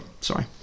sorry